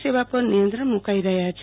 સેવાં પર નિયંત્રણ મુકાઈ રહ્યા છે